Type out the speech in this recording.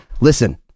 listen